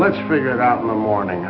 let's figure out in the morning